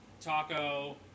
Taco